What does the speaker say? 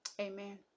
Amen